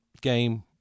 game